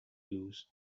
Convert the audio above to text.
lose